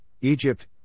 Egypt